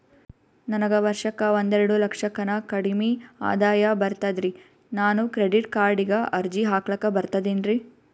ನನಗ ವರ್ಷಕ್ಕ ಒಂದೆರಡು ಲಕ್ಷಕ್ಕನ ಕಡಿಮಿ ಆದಾಯ ಬರ್ತದ್ರಿ ನಾನು ಕ್ರೆಡಿಟ್ ಕಾರ್ಡೀಗ ಅರ್ಜಿ ಹಾಕ್ಲಕ ಬರ್ತದೇನ್ರಿ?